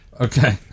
Okay